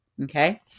okay